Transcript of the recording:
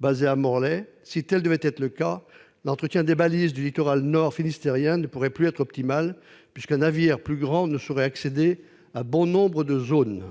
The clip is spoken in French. basé à Morlaix. Si tel devait être le cas, l'entretien des balises du littoral nord-finistérien ne pourrait plus être optimal, puisqu'un navire plus grand ne pourra pas accéder à bon nombre de zones.